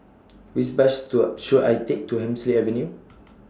Which Bus stood should I Take to Hemsley Avenue